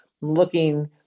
looking